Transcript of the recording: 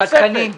את התקנים?